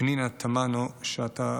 פנינה תמנו שטה,